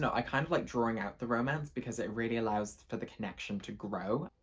know. i kind of like drawing out the romance because it really allows for the connection to grow.